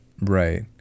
Right